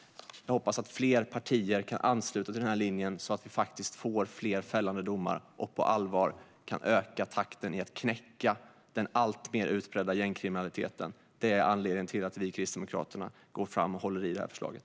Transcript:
Jag hoppas att fler partier kan ansluta sig till denna linje så att vi faktiskt får fler fällande domar och på allvar kan öka takten i att knäcka den alltmer utbredda gängkriminaliteten. Det är anledningen till att vi i Kristdemokraterna går fram med det här förslaget.